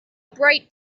bright